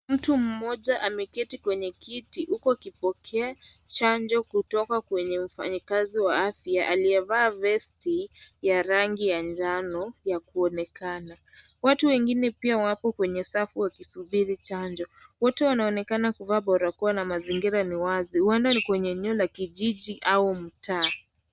Mtu moja ameketi kwenye kiti huku akipokea chanjo kutoka kwa mfanyikazi wa afya aliyevaa vesti ya rangi ya njano ya kuonekana. Watu wengine pia wako kwenye safu wakisubiri chanjo. Wote wanaonekana kuvaa barakoa na mazingira ni wazi huenda ni kwenye kijini au mtaa.